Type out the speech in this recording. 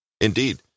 Indeed